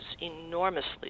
enormously